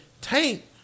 Tank